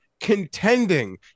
contending